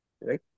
Right